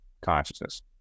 consciousness